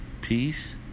Peace